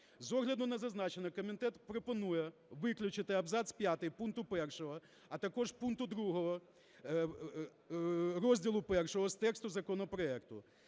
З огляду на зазначене, Комітет пропонує виключити абзац п'ятий пункту 1, а також пункту 2 розділу І з тексту законопроекту